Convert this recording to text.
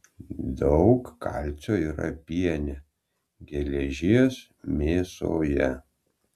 daug kalcio yra piene geležies mėsoje